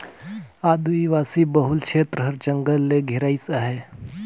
आदिवासी बहुल छेत्र हर जंगल ले घेराइस अहे